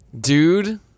Dude